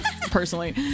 personally